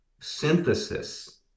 synthesis